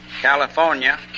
California